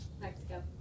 Mexico